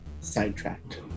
sidetracked